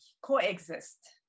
coexist